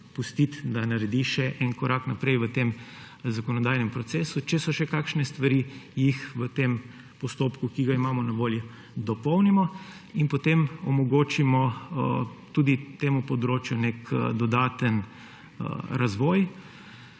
da naredi še en korak naprej v tem zakonodajnem procesu. Če so še kakšne stvari, jih v tem postopku, ki ga imamo na voljo, dopolnimo in potem omogočimo tudi temu področju nek dodatek razvoj.